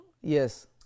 Yes